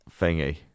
thingy